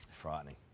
frightening